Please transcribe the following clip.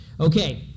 Okay